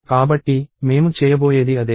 కాబట్టి మేము చేయబోయేది అదే